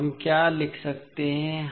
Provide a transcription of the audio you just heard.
तो हम क्या लिख सकते हैं